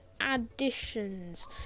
additions